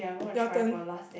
your turn